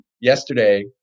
Yesterday